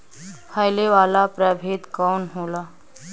फैले वाला प्रभेद कौन होला?